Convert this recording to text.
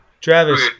Travis